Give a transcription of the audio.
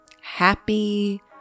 happy